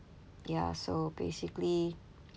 ya so basically